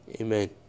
Amen